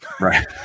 Right